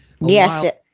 yes